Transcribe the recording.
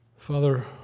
Father